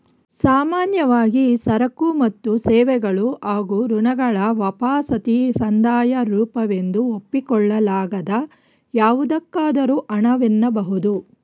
ಸಾಮಾನ್ಯವಾಗಿ ಸರಕು ಮತ್ತು ಸೇವೆಗಳು ಹಾಗೂ ಋಣಗಳ ವಾಪಸಾತಿ ಸಂದಾಯದ ರೂಪವೆಂದು ಒಪ್ಪಿಕೊಳ್ಳಲಾಗದ ಯಾವುದಕ್ಕಾದರೂ ಹಣ ವೆನ್ನಬಹುದು